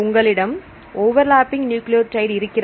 உங்களிடம் overlapping nucleotide இருக்கிறது